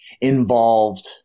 involved